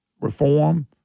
reform